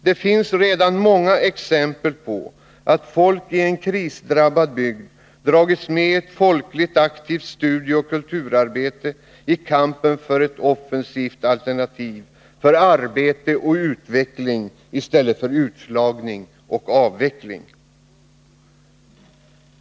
Det finns redan många exempel på att folk i en krisdrabbad bygd dragits med i ett folkligt aktivt studieoch kulturarbete i kampen för ett offensivt alternativ — för arbete och utveckling i stället för utslagning och avveckling.